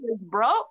bro